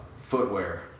footwear